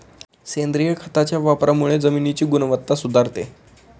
सेंद्रिय खताच्या वापरामुळे जमिनीची गुणवत्ता सुधारते